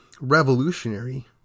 revolutionary